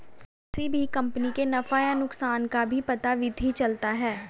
किसी भी कम्पनी के नफ़ा या नुकसान का भी पता वित्त ही चलता है